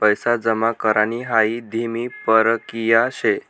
पैसा जमा करानी हाई धीमी परकिया शे